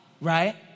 Right